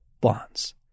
bonds